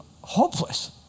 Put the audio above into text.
hopeless